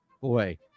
Boy